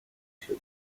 شدیم